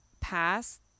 past